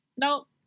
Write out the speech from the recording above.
Nope